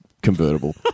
convertible